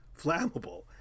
flammable